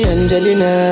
Angelina